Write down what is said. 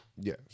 Yes